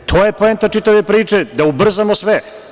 To je poenta čitave priče, da ubrzamo sve.